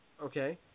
Okay